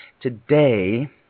today